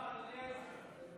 רגע, אני רוצה לעלות.